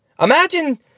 Imagine